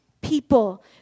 people